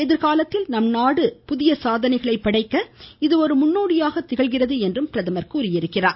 எதிர்காலத்தில் நம்நாடு புதிய சாதனைகளை படைக்க இது ஒரு முன்னோடியாக திகழ்கிறது என்றும் அவர் கூறியுள்ளார்